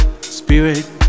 Spirit